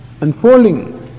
unfolding